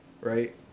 right